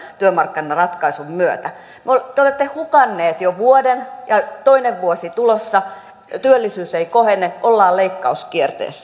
te olette hukanneet jo vuoden ja toinen vuosi on tulossa työllisyys ei kohene ollaan leikkauskierteessä